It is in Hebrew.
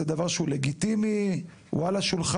זה דבר שהוא לגיטימי, הוא על השולחן.